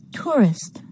tourist